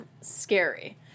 scary